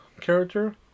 character